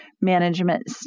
management